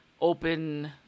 open